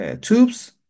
tubes